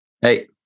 Hey